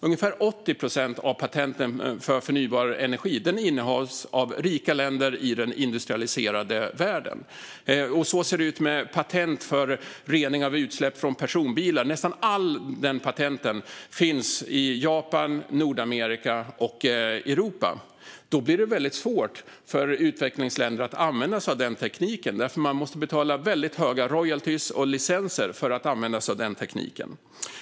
Ungefär 80 procent av dessa patent innehas av rika länder i den industrialiserade världen. Så ser det också ut med patent för rening av utsläpp från personbilar. Nästan alla de patenten finns i Japan, Nordamerika och Europa. Då blir det väldigt svårt för utvecklingsländer att använda sig av den tekniken, eftersom man då måste betala väldigt höga royaltyer och licenser.